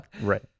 Right